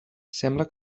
sembla